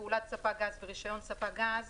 "פעולת ספק גז" ו"רישיון ספק גז"